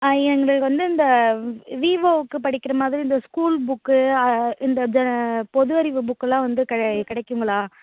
ஆ எங்களுக்கு வந்து இந்த வீவோக்கு படிக்கிற மாதிரி இந்த ஸ்கூல் புக்கு ஆ இந்த இது பொது அறிவு புக்குலாம் வந்து கிடைக்குங்களா